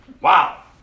Wow